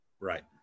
Right